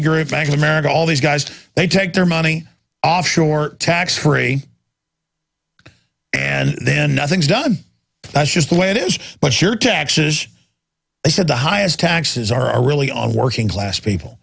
c bank of america all these guys they take their money offshore tax free and then nothing is done that's just the way it is but your taxes they said the highest taxes are really on working class people